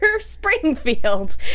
Springfield